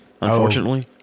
unfortunately